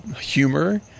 humor